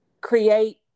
create